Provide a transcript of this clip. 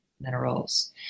minerals